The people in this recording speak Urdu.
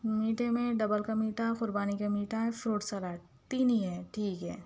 میٹھے میں ڈبل کا میٹھا قربانی کا میٹھا ہے فروٹ سلاڈ تین ہی ہے ٹھیک ہے